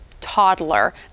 toddler